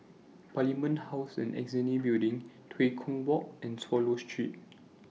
Parliament House and Annexe Building Tua Kong Walk and Swallow Street